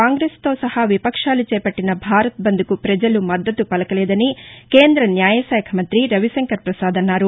కాంగ్రెస్ తో సహా విపక్షాలు చేపట్టిన భారత్ బంద్కు ప్రజలు మద్దతు పలకలేదని కేంద్ర న్యాయ శాఖ మంతి రవిశంకర్ పసాద్ అన్నారు